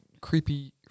creepy